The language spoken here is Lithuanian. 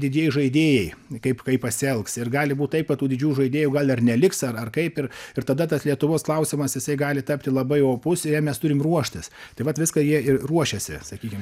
didieji žaidėjai kaip pasielgs ir gali būt taip kad tų didžių žaidėjų gal ir neliks ar ar kaip ir ir tada tas lietuvos klausimas jisai gali tapti labai opus i jam mes turim ruoštis tai vat viską jie ir ruošiasi sakykim